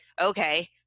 Okay